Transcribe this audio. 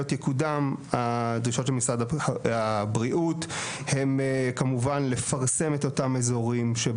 יקודם הדרישות של משרד הבריאות הן כמובן לפרסם את אותם אזורים.